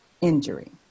injury